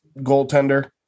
goaltender